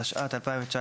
התשע, ט-2019,